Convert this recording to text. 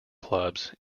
clubs